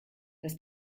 das